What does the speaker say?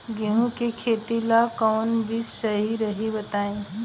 गेहूं के खेती ला कोवन बीज सही रही बताई?